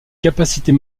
capacités